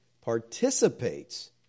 participates